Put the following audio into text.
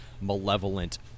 malevolent